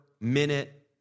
minute